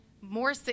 more